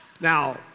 Now